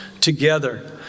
together